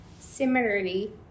Similarly